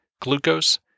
glucose